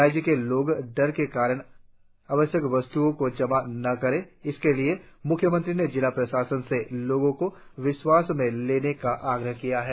राज्य के लोग डर के कारण आवश्यक वस्त्ओ को जमा न करे इसके लिए म्ख्यमंत्री ने जिला प्रशासन से लोगो को विश्वास में लेने का आग्रह किया है